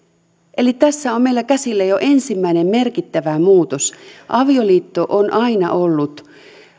eli tässä on meillä käsillä jo ensimmäinen merkittävä muutos avioliitto on aina ollut